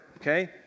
okay